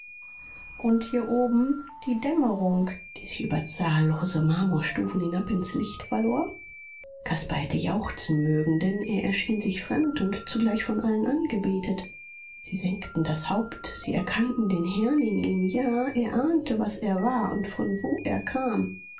und hier oben die dämmerung die sich über zahllose marmorstufen hinab ins licht verlor caspar hätte jauchzen mögen denn er erschien sich fremd und zugleich von allen angebetet sie senkten das haupt sie erkannten den herrn in ihm ja er ahnte was er war und von wo er kam